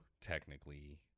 technically